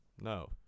No